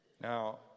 now